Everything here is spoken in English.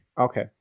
Okay